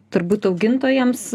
turbūt augintojams